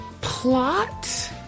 Plot